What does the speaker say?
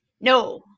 No